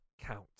count